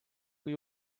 kui